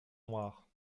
noires